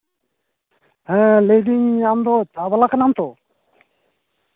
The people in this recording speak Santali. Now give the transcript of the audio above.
ᱞᱟᱹᱭᱫᱟᱹᱧ ᱟᱢ ᱫᱚ ᱪᱟ ᱵᱟᱞᱟ ᱠᱟᱱᱟᱢ ᱛᱚ